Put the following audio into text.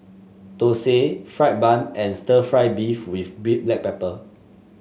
thosai fried bun and stir fry beef with Black Pepper